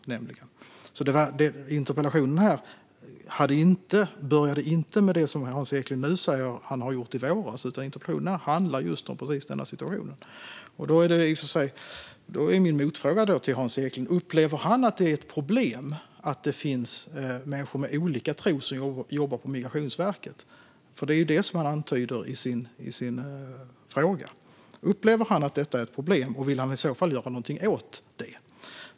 Interpellationen handlar inte om det som Hans Eklind nu säger att han gjorde i våras, utan den handlar om just denna situation. Då är min motfråga till Hans Eklind: Upplever han att det är ett problem att det finns människor med olika tro som jobbar på Migrationsverket? Det är det som han antyder i sin fråga. Upplever han att detta är ett problem, och vill han i så fall göra någonting åt det?